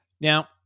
now